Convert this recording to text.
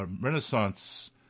Renaissance